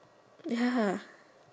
ya